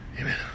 Amen